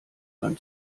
beim